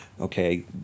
okay